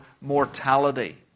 mortality